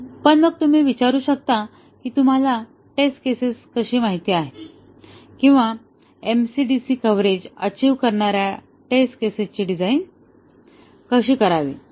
पण मग तुम्ही विचारू शकता की तुम्हाला टेस्टिंग केसेस कशी माहीत आहेत किंवा MC DC कव्हरेज अचिव्ह करणाऱ्या टेस्ट केसेसची डिझाईन कशी करावी